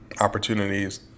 opportunities